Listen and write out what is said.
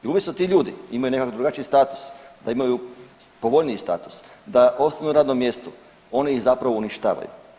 I umjesto da ti ljudi imaju nekakav drugačiji status, da imaju povoljniji status, da ostanu na radnom mjestu oni ih zapravo uništavaju.